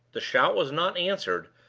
the shout was not answered,